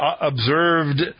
observed